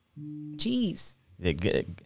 Jeez